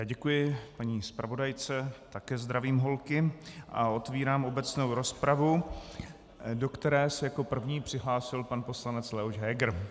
Děkuji paní zpravodajce, také zdravím holky a otevírám obecnou rozpravu, do které se jako první přihlásil pan poslanec Leoš Heger.